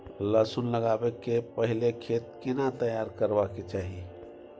लहसुन लगाबै के पहिले खेत केना तैयार करबा के चाही?